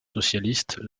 socialiste